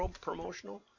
promotional